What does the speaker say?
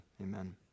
amen